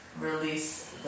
Release